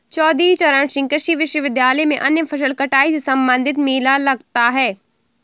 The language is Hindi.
चौधरी चरण सिंह कृषि विश्वविद्यालय में अन्य फसल कटाई से संबंधित मेला लगता है